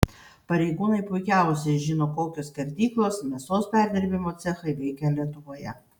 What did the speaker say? pareigūnai puikiausiai žino kokios skerdyklos mėsos perdirbimo cechai veikia lietuvoje